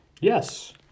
Yes